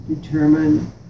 determine